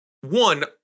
one